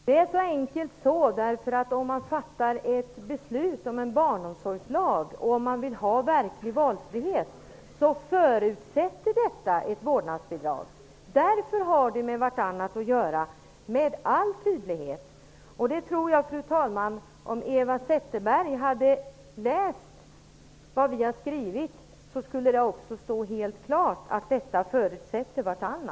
Fru talman! Det är mycket enkelt. Om man fattar beslut om en barnomsorgslag och vill ha verklig valfrihet, förutsätter detta ett vårdnadsbidrag. Därför har dessa frågor med all tydlighet med varandra att göra. Jag tror, fru talman, att om Eva Zetterberg hade läst vad vi har skrivit, skulle det ha stått helt klart för henne att det ena förutsätter det andra.